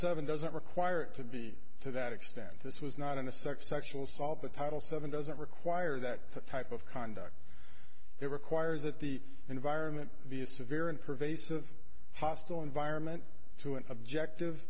seven doesn't require it to be to that extent this was not in a sex sexual assault the title seven doesn't require that type of conduct it requires that the environment be a severe and pervasive hostile environment to an objective